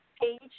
page